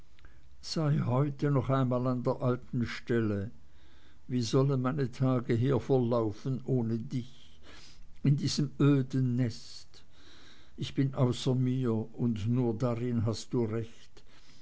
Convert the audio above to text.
sei heute noch einmal an der alten stelle wie sollen meine tage hier verlaufen ohne dich in diesem öden nest ich bin außer mir und nur darin hast du recht